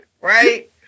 right